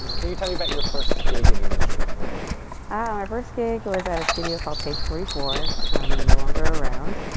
can you tell me about your first gig in the industry? where did you work? ah, my first gig was at a studio called page forty four. they're no longer around,